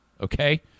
okay